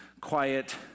quiet